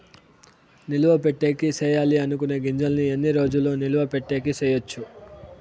నిలువ పెట్టేకి సేయాలి అనుకునే గింజల్ని ఎన్ని రోజులు నిలువ పెట్టేకి చేయొచ్చు